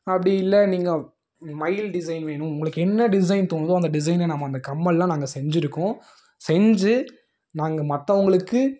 அப்படி இல்லை நீங்கள் மயில் டிசைன் வேணும் உங்களுக்கு என்ன டிசைன் தோணுதோ அந்த டிசைனை நம்ம அந்த கம்மலெலாம் நாங்கள் செஞ்சுருக்கோம் செஞ்சு நாங்கள் மற்றவங்களுக்கு